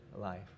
life